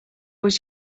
was